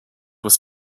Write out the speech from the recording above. was